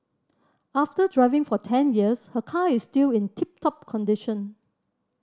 after driving for ten years her car is still in tip top condition